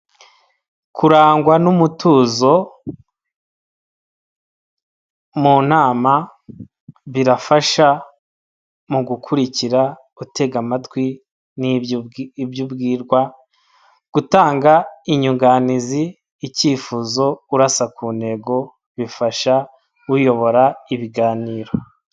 Kurangwa n'umutuzo mu nama birafasha mu gukurikira, gutega amatwi ibyo ubwirwa, gutanga inyunganizi icyifuzo urasa ku ntego bifasha uyobora ibiganiro.